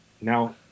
now